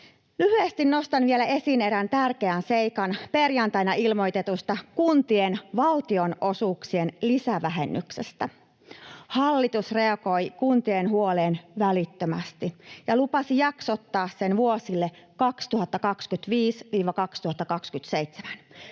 Lyhyesti nostan vielä esiin erään tärkeän seikan perjantaina ilmoitetusta kuntien valtionosuuksien lisävähennyksestä. Hallitus reagoi kuntien huoleen välittömästi ja lupasi jaksottaa sen vuosille 2025—2027.